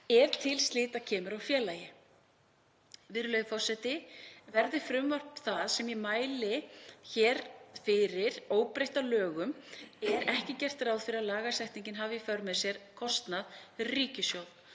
ef til slita kemur á félagi. Virðulegi forseti. Verði frumvarp það sem ég mæli hér fyrir óbreytt að lögum er ekki gert ráð fyrir að lagasetningin hafi í för með sér kostnað fyrir ríkissjóð.